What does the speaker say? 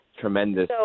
Tremendous